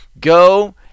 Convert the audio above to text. go